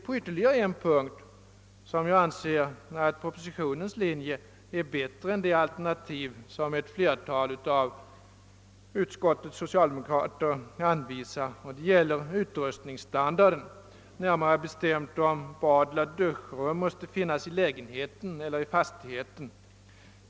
På ytterligare en punkt anser jag att propositionens linje är bättre än det alternativ som ett flertal av utskottets socialdemokrater anvisar och det gäller utrustningsstandarden — närmare bestämt om badeller duschrum måste finnas i lägenheten eller i fastigheten.